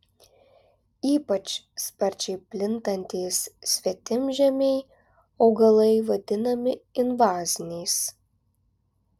ypač sparčiai plintantys svetimžemiai augalai vadinami invaziniais